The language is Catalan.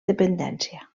dependència